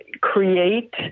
create